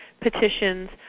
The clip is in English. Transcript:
petitions